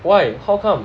why how come